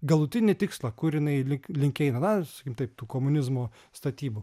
galutinį tikslą kur jinai lyg link eina na sakykim taip tų komunizmo statybų